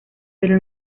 pero